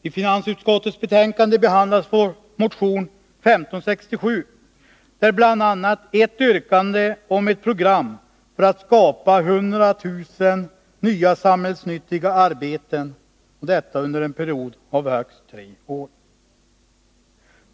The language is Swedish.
I finansutskottets betänkande behandlas vår motion 1567 med bl.a. ett yrkande om ett program för att skapa 100 000 nya samhällsnyttiga arbeten under en period av högst tre år.